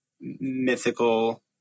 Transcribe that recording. mythical